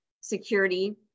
security